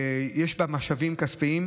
ויש בה משאבים כספיים.